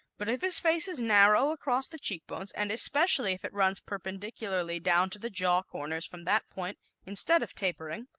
but if his face is narrow across the cheek bones, and especially if it runs perpendicularly down to the jaw-corners from that point instead of tapering,